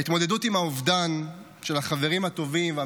ההתמודדות עם האובדן של החברים הטובים ושל